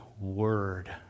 word